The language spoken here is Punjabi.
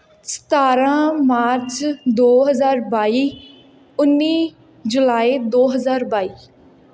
ਸਤਾਰਾਂ ਮਾਰਚ ਦੋ ਹਜ਼ਾਰ ਬਾਈ ਉੱਨੀ ਜੁਲਾਈ ਦੋ ਹਜ਼ਾਰ ਬਾਈ